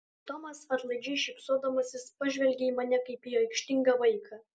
tomas atlaidžiai šypsodamasis pažvelgė į mane kaip į aikštingą vaiką